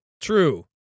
True